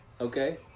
Okay